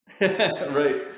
Right